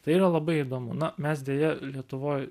tai yra labai įdomu na mes deja lietuvoj